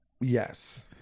Yes